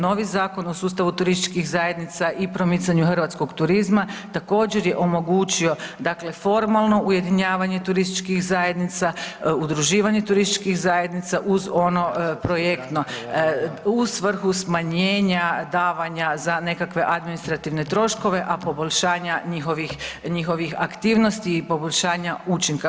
Novi Zakon o sustavu turističkih zajednica i promicanju hrvatskog turizma također je omogućio, dakle formalno ujedinjavanje turističkih zajednica, udruživanje turističkih zajednica uz ono projektno u svrhu smanjenja davanja za nekakve administrativne troškove, a poboljšanja njihovih, njihovih aktivnosti i poboljšanja učinka.